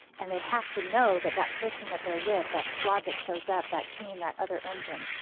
and they have to know that that person that they're with, that squad that shows up, that team that other engine,